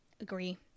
agree